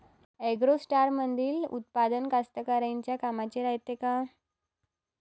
ॲग्रोस्टारमंदील उत्पादन कास्तकाराइच्या कामाचे रायते का?